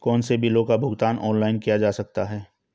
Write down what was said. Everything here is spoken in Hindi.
कौनसे बिलों का भुगतान ऑनलाइन किया जा सकता है?